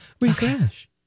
Refresh